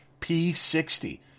P60